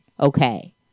okay